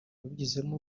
wabigizemo